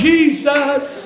Jesus